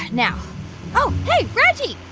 now oh, hey, reggie.